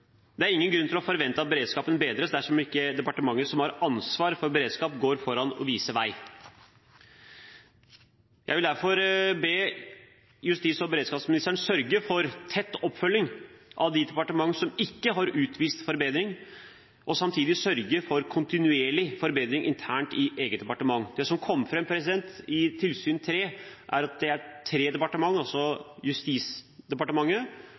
Det er ingen grunn til å forvente at beredskapen bedres dersom ikke departementet som har ansvar for beredskap, går foran og viser vei. Jeg vil derfor be justis- og beredskapsministeren sørge for tett oppfølging av de departementer som ikke har utvist forbedring, og samtidig sørge for kontinuerlig forbedring internt i eget departement. Det som kom fram i tilsyn tre, er at det er tre departementer, altså Justisdepartementet,